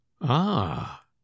Ah